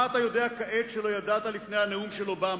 מה אתה יודע כעת שלא ידעת לפני הנאום של אובמה?